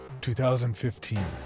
2015